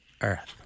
Earth